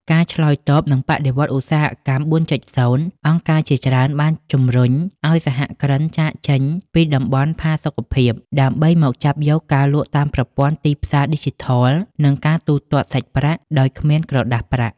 ក្នុងការឆ្លើយតបនឹងបដិវត្តន៍ឧស្សាហកម្ម ៤.០ អង្គការជាច្រើនបានជម្រុញឱ្យសហគ្រិនចាកចេញពីតំបន់ផាសុកភាព ដើម្បីមកចាប់យកការលក់តាមប្រព័ន្ធទីផ្សារឌីជីថល និងការទូទាត់សាច់ប្រាក់ដោយគ្មានក្រដាសប្រាក់។